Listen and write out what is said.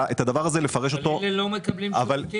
אבל אלה לא מקבלים שירותים.